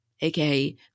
aka